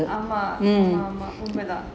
ஆமா ஆமா உன்மைதா:aama aama unmaitha